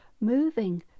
moving